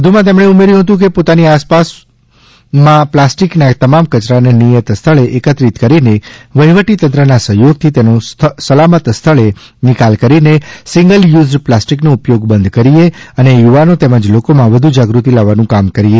વધુમાં તેમણે ઉમેર્યું હતું કે પોતાની આસપાસમાંથી પ્લાસ્ટિકના તમામ કયરાને નિયત સ્થળે એકત્રિત કરીને વહિવટીતંત્રનાં સહયોગથી તેનો સલામત સ્થળે નિકાલ કરીને સીંગલ યુઝડ પ્લાસ્ટીકનો ઉપયોગ બંધ કરીએ અને યુવાનો તેમજ લોકોમાં વધુ જાગૃતિ લાવવાનું કામ કરીએ